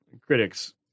critics